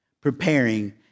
preparing